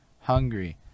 hungry